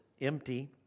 empty